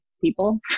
people